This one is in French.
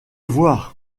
voir